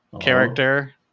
character